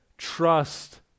Trust